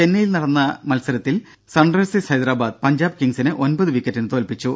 ചെന്നൈയിൽ നടന്ന മത്സരത്തിൽ സൺറൈസേഴ്സ് ഹൈദഹാബാദ് പഞ്ചാബ് കിങ്സിനെ ഒമ്പത് വിക്കറ്റിന് തോൽപ്പിച്ചു